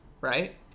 Right